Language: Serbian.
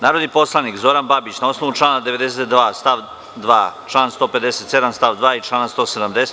Narodni poslanik Zoran Babić, na osnovu člana 92. stav 2, člana 157. član 2. i člana 170.